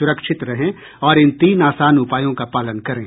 सुरक्षित रहें और इन तीन आसान उपायों का पालन करें